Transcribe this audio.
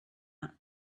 out